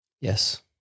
Yes